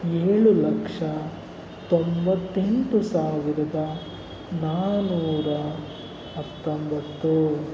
ಏಳು ಲಕ್ಷ ತೊಂಬತ್ತೆಂಟು ಸಾವಿರದ ನಾನೂರ ಹತ್ತೊಂಬತ್ತು